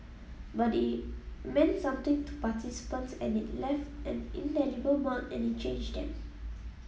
but it meant something to participants and it left an indelible mark and it changed them